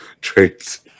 traits